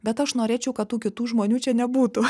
bet aš norėčiau kad tų kitų žmonių čia nebūtų